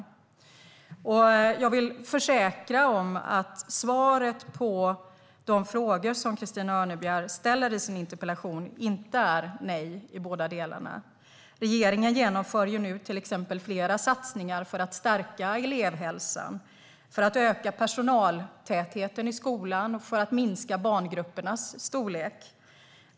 Jag vill försäkra Christina Örnebjär om att svaret på de frågor som hon ställer i sin interpellation inte är nej i båda delarna. Regeringen genomför till exempel nu flera satsningar för att stärka elevhälsan, öka personaltätheten i skolan och minska barngruppernas storlek.